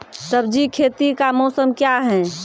सब्जी खेती का मौसम क्या हैं?